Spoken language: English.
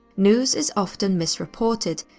news is often misreported,